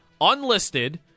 unlisted